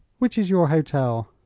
which is your hotel?